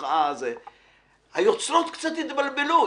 היוצרות קצת התבלבלו.